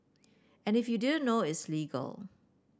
and if you didn't know it's legal